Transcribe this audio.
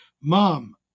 Mom